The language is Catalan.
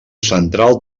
central